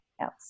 else